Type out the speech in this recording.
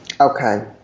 Okay